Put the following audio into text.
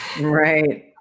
right